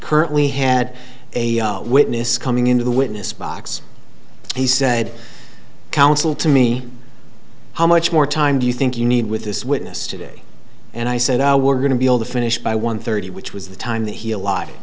currently had a witness coming into the witness box he said counsel to me how much more time do you think you need with this witness today and i said oh we're going to be able to finish by one thirty which was the time that he